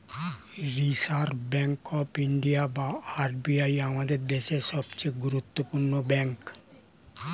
reserve bank of India বা RBI আমাদের দেশের সবচেয়ে গুরুত্বপূর্ণ ব্যাঙ্ক